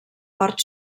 part